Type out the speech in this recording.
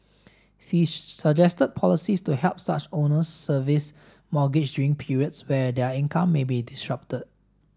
she suggested policies to help such owners service mortgage during periods where their income may be disrupted